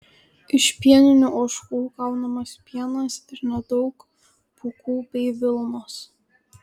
iš pieninių ožkų gaunamas pienas ir nedaug pūkų bei vilnos